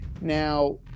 Now